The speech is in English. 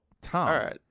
Tom